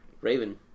Raven